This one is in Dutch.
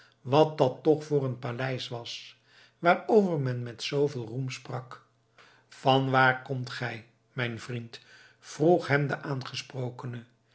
wat dat toch voor een paleis was waarover men met zooveel roem sprak vanwaar komt gij mijn vriend vroeg hem de aangesprokene